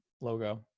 logo